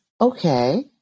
Okay